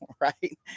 Right